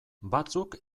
batzuk